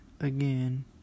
again